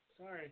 Sorry